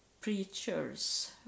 preachers